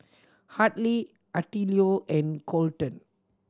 Hadley Attilio and Kolten